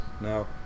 Now